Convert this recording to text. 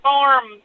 Farm